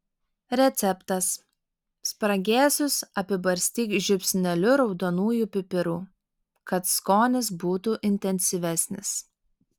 receptas spragėsius apibarstyk žiupsneliu raudonųjų pipirų kad skonis būtų intensyvesnis